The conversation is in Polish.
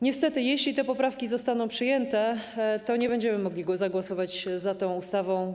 Niestety jeśli te poprawki zostaną przyjęte, to nie będziemy mogli zagłosować za tą ustawą.